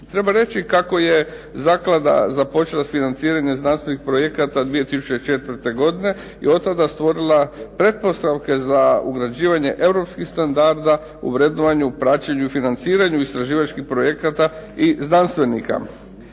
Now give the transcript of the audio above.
Treba reći kako je zaklada započela sa financiranjem znanstvenih projekata 2004. godine i otada stvorila pretpostavke za ugrađivanje europskih standarda u vrednovanju, praćenju i financiranju istraživačkih projekata i znanstvenika.